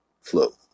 flow